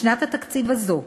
בשנת התקציב הזאת,